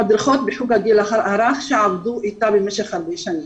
המדריכות בחוג הגיל הרך שעבדו איתה במשך הרבה שנים.